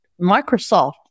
Microsoft